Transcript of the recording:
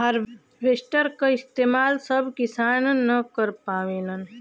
harvester क इस्तेमाल सब किसान न कर पावेलन